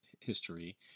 history